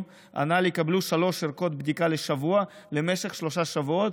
יקבלו שלוש ערכות בדיקה לשבוע למשך שלושה שבועות,